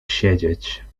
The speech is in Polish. siedzieć